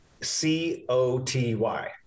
C-O-T-Y